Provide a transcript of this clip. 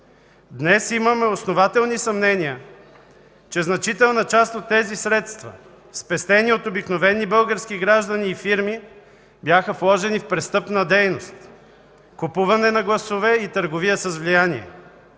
Днес имаме основателни съмнения, че значителна част от тези средства, спестени от обикновени български граждани и фирми, бяха вложени и в престъпна дейност – купуване на гласове и търговия с влияние.